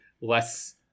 less